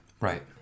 Right